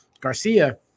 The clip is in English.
Garcia